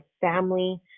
family